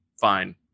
fine